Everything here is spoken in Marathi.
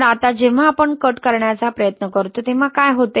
तर आता जेव्हा आपण कट करण्याचा प्रयत्न करतो तेव्हा काय होते